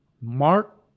Mark